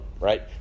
right